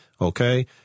Okay